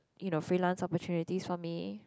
you know freelance opportunities for me